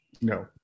No